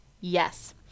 Yes